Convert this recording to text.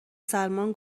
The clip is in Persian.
سلمان